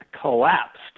collapsed